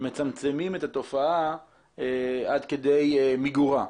מצמצמים את התופעה עד כדי מיגורה.